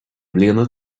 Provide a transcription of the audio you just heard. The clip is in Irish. mbliana